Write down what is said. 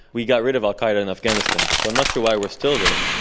we got rid of al-qaeda in afghanistan. so i'm not sure why we're still there.